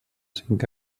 cinc